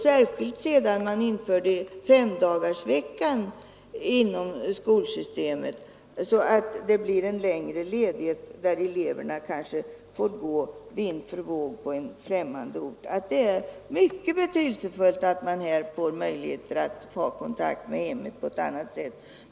Särskilt sedan femdagarsveckan inom skolsystemet infördes, som medför en längre ledighet, då eleverna kanske får gå vind för våg på främmande ort, är det mycket betydelsefullt att de har bättre möjligheter att hålla kontakt med hemmet.